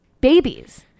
Babies